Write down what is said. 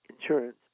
insurance